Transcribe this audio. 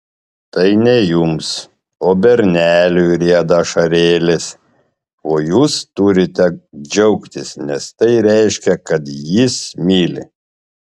tai ne jums o berneliui rieda ašarėlės o jūs turite džiaugtis nes tai reiškia kad jis myli